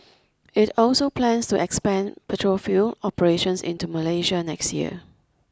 it also plans to expand petrol fuel operations into Malaysia next year